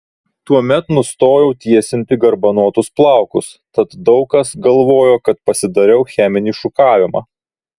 tuomet nustojau tiesinti garbanotus plaukus tad daug kas galvojo kad pasidariau cheminį šukavimą